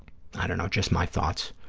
i don't know, just my thoughts.